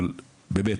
אבל באמת